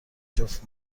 جفت